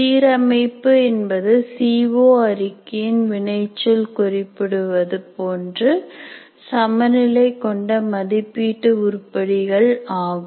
சீரமைப்பு என்பது C O அறிக்கையின் வினைச்சொல் குறிப்பிடுவது போன்று சமநிலை கொண்ட மதிப்பீட்டு உருப்படிகள் ஆகும்